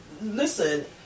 Listen